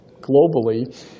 globally